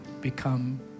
become